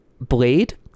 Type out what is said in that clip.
blade